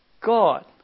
God